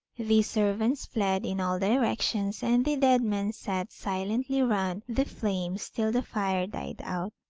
the servants fled in all directions, and the dead men sat silently round the flames till the fire died out,